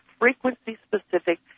frequency-specific